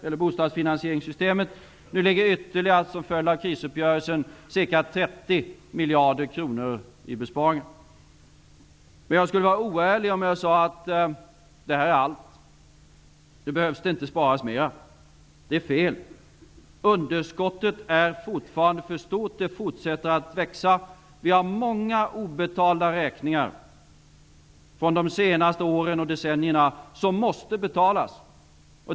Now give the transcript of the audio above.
Som en följd av krisuppgörelsen kommer det att ske besparingar på ytterligare ca 30 miljarder kronor. Jag skulle vara oärlig om jag sade att detta är allt och att det inte behöver sparas mer. Det är fel. Underskottet är fortfarande för stort, och det fortsätter att växa. Vi har många obetalda räkningar från de senaste åren och decennierna som måste betalas.